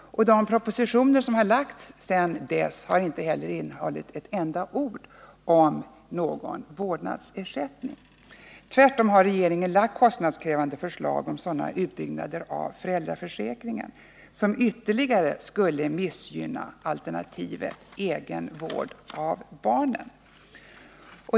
De propositioner som framlagts sedan dess har inte heller innehållit ett ord om någon vårdnadsersättning. Tvärtom har regeringen framlagt kostnadskrävande förslag om sådana utbyggnader av föräldraförsäkringen som ytterligare skulle missgynna alternativet egen vård av barnen.